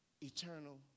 eternal